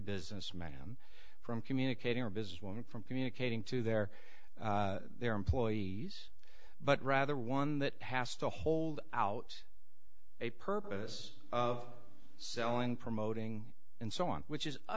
businessman from communicating or business one from communicating to their their employees but rather one that has to hold out a purpose of selling promoting and so on which is